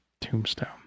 tombstone